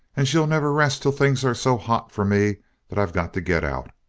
and she'll never rest till things are so hot for me that i got to get out.